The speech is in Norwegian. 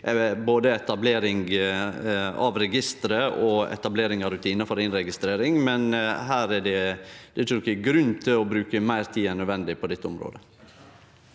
både etablering av registeret og etablering av rutinar for innregistrering, men det er ingen grunn til å bruke meir tid enn nødvendig på dette området.